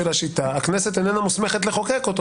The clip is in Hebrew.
השיטה הכנסת איננה מוסמכת לחוקק אותו.